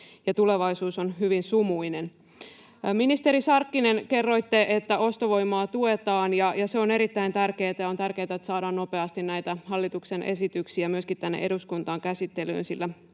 ja tulevaisuus on hyvin sumuinen. Ministeri Sarkkinen, kerroitte, että ostovoimaa tuetaan, ja se on erittäin tärkeätä, ja on tärkeätä, että saada nopeasti näitä hallituksen esityksiä myöskin tänne eduskuntaan käsittelyyn, sillä